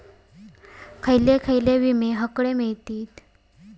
खयले खयले विमे हकडे मिळतीत?